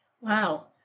Wow